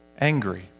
angry